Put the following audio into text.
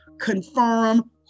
confirm